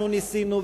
אנחנו ניסינו,